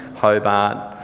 hobart,